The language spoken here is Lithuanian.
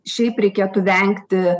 šiaip reikėtų vengti